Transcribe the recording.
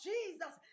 Jesus